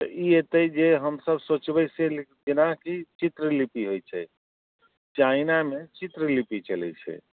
तऽ ई अएतै जे हमसब सोचबै से जेनाकि चित्रलिपि होइ छै चाइनामे चित्रलिपि चलै छै